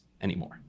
anymore